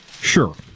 sure